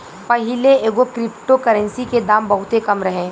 पाहिले एगो crypto currency के दाम बहुते कम रहे